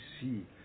see